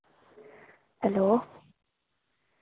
hello